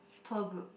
tour group